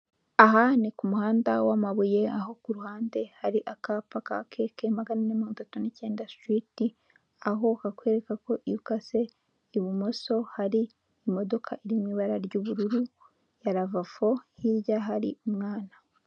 Aha ni ku ku muhanda wa amabuye, aho ku ruhande hari akapa ka keke magana n'atatu n'icyenda sitiriti. Aho hakwereka ko iyo ukase ibumoso, hari imodoka iri mu ibara ry'ubururu ya rava fo. Hirya hari umwana.